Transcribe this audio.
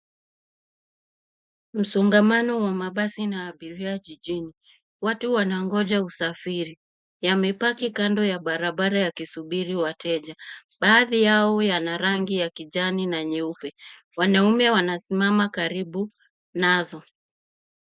Msongamano wa mabasi na abiria jijini. Watu wanangoja usafiri. Yamepaki kando ya barabara yakisubiri wateja. Baadhi yao yana rangi ya kijani na nyeupe. Wanaume wanasimama karibu nazo.